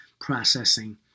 processing